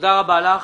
תודה רבה לך.